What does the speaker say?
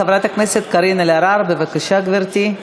חברת הכנסת קארין אלהרר, בבקשה, גברתי.